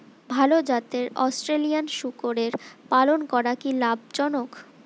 ভাল জাতের অস্ট্রেলিয়ান শূকরের পালন করা কী লাভ জনক?